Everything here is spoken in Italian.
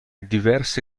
diverse